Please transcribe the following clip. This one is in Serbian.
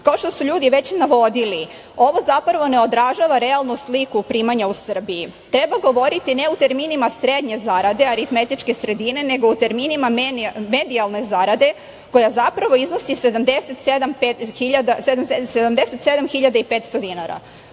Kao što su ljudi već navodili ovo ne održava realnu sliku primanja u Srbiji. Treba govoriti ne u terminima srednje zarade aritmetičke sredine, nego o terminima medijalne zarade koja zapravo iznosi 77 hiljada